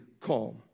calm